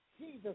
Jesus